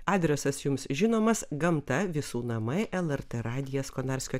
adresas jums žinomas gamta visų namai lrt radijas konarskio